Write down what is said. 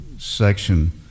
section